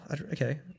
okay